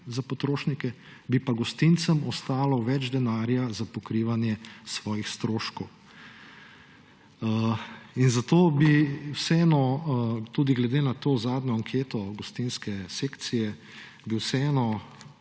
za potrošnike, bi pa gostincem ostalo več denarja za pokrivanje svojih stroškov. Zato bi vas tudi glede na zadnjo anketo gostinske sekcije prosil,